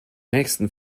nächsten